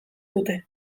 dute